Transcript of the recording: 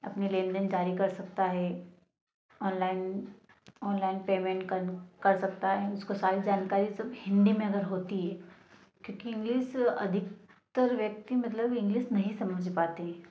अपने लेनदेन जारी कर सकता है ऑनलाइन ऑनलाइन पेमेंट कर कर सकता है उसको सारी जानकारी हिंदी में अगर होती क्योंकि इंग्लिश अधिकतर व्यक्ति मतलब इंग्लिश नहीं समझ पाती